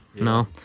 No